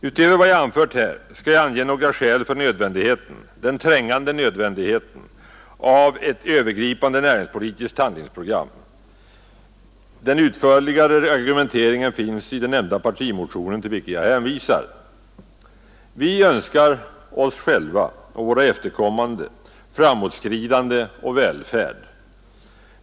Utöver vad jag anfört skall jag ange några skäl för den trängande nödvändigheten av att ha ett övergripande näringspolitiskt handlingsprogram. — Den utförligare argumenteringen finns i den nämnda partimotionen, till vilken jag hänvisar. Vi önskar oss själva och våra efterkommande framåtskridande och välfärd.